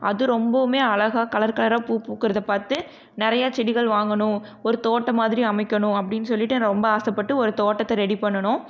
அது ரொம்பவுமே அழகாக கலர் கலராக பூ பூக்குறதை பார்த்து நிறையா செடிகள் வாங்கணும் ஒரு தோட்டம் மாதிரி அமைக்கனும் அப்படின்னு சொல்லிட்டு எனக்கு ரொம்ப ஆசை பட்டு ஒரு தோட்டத்தை ரெடி பண்ணுனோம்